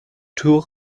tour